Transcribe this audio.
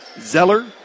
Zeller